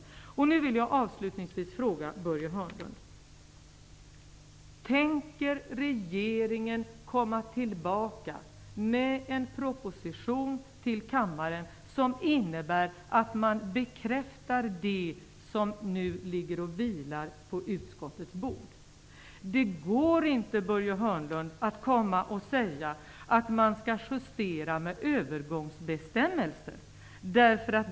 Nu vill jag fråga Börje Hörnlund: Tänker regeringen komma tillbaka med en proposition till riksdagen som innebär att man bekräftar det förslag som nu ligger och vilar på utskottets bord? Det går inte att komma och säga att man skall justera med övergångsbestämmelser.